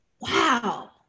Wow